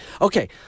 Okay